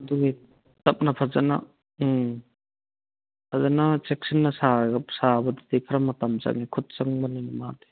ꯑꯗꯨꯒꯤ ꯇꯞꯅ ꯐꯖꯅ ꯎꯝ ꯐꯖꯅ ꯆꯦꯛꯁꯤꯟꯅ ꯁꯥꯕꯗꯨꯗꯤ ꯈꯔ ꯃꯇꯝ ꯆꯪꯉꯦ ꯈꯨꯠ ꯆꯪꯕꯅꯤꯅ ꯃꯥꯗꯤ